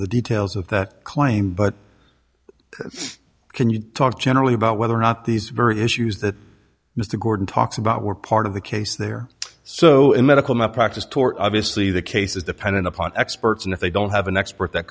the details of that claim but can you talk generally about whether or not these very issues that mr gordon talks about were part of the case they're so in medical malpractise tort obviously the case is dependent upon experts and if they don't have an expert that